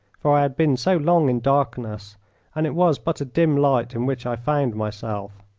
for i had been so long in darkness and it was but a dim light in which i found myself.